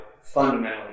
fundamentally